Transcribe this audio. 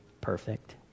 perfect